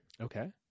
Okay